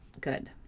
good